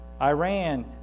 Iran